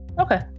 okay